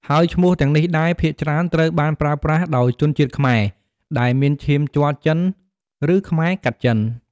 ហើយឈ្មោះទាំងនេះដែរ ភាគច្រើនត្រូវបានប្រើប្រាស់ដោយជនជាតិខ្មែរដែលមានឈាមជ័រចិន ឬខ្មែរកាត់ចិន។